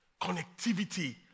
Connectivity